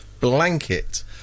blanket